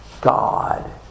God